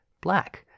black